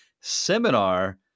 seminar